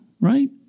right